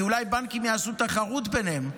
כי אולי בנקים יעשו תחרות ביניהם.